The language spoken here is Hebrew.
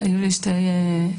היו לי שתי מלחמות,